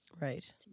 Right